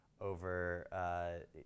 over